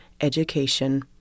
education